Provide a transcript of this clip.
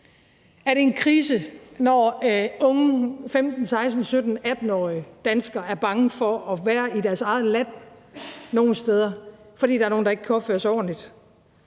Er det en krise, når unge 15-16-17-18-årige danskere er bange for at være i deres eget land nogle steder, fordi der er nogle, der ikke kan opføre sig ordentligt?